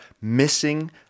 missing